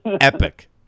epic